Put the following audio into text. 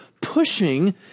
pushing